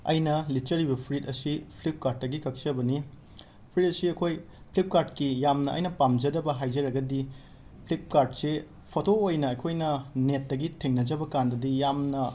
ꯑꯩꯅ ꯂꯤꯠꯆꯔꯤꯕ ꯐꯨꯔꯤꯠ ꯑꯁꯤ ꯐ꯭ꯂꯤꯞ ꯀꯥꯔꯠꯇꯒꯤ ꯀꯛꯆꯕꯅꯤ ꯐꯨꯔꯤꯠ ꯑꯁꯤ ꯑꯩꯈꯣꯏ ꯐ꯭ꯂꯤꯞ ꯀꯥꯔꯠꯀꯤ ꯌꯥꯝꯏ ꯑꯩꯅ ꯄꯥꯝꯖꯗꯕ ꯍꯥꯏꯖꯔꯒꯗꯤ ꯐ꯭ꯂꯤꯞ ꯀꯥꯔꯠꯁꯤ ꯐꯣꯇꯣ ꯑꯣꯏꯅ ꯑꯩꯈꯣꯏꯅ ꯅꯦꯠꯇꯒꯤ ꯊꯦꯡꯅꯖꯕ ꯀꯥꯟꯗꯗꯤ ꯌꯥꯝꯅ